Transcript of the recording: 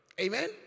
amen